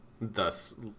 thus